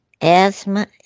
asthma